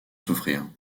souffrir